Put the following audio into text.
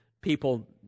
People